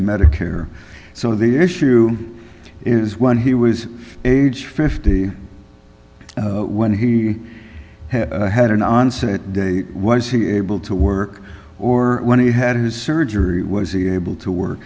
medicare so the issue is when he was age fifty when he had had an onset date was he able to work or when he had his surgery was he able to work